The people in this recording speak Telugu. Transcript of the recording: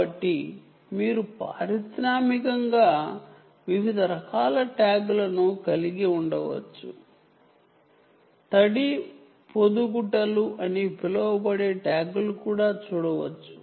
కాబట్టి మీరు వివిధ రకాల ఇండస్ట్రియల్ ట్యాగ్లను కలిగి ఉండవచ్చువెట్ ఇన్ లేస్ అని పిలవబడే ట్యాగ్లు కూడా చూడవచ్చు